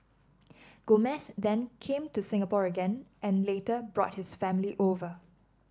Gomez then came to Singapore again and later brought his family over